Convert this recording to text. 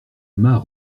mât